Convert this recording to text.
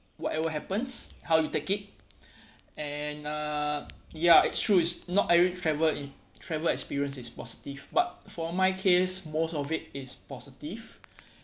whatever happens how you take it and uh ya it's true not every travel in travel is positive but for my case most of it is positive